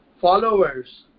followers